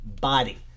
body